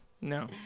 No